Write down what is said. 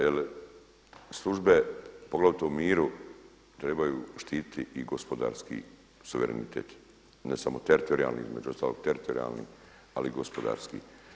Jer službe poglavito u miru trebaju štititi i gospodarski suverenitet ne samo teritorijalni, između ostalog teritorijalni ali i gospodarski.